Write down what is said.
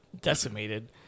decimated